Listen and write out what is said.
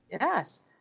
Yes